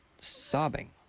sobbing